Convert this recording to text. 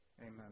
Amen